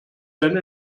then